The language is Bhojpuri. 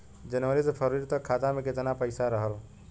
जनवरी से फरवरी तक खाता में कितना पईसा रहल?